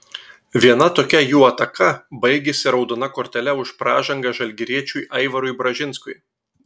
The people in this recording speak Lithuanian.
viena tokia jų ataka baigėsi raudona kortele už pražangą žalgiriečiui aivarui bražinskui